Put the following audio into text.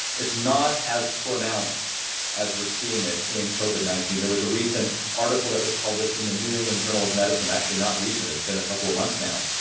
it's not as pronounced as we're seeing it in covid nineteen. there was a recent article that was published in the new england journal of medicine, actually not recent it's been a couple of months now,